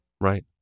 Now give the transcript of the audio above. Right